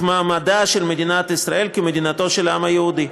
מעמדה של מדינת ישראל כמדינתו של העם היהודי.